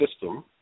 system